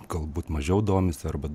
galbūt mažiau domisi arba